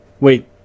Wait